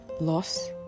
Loss